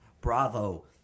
Bravo